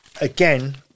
again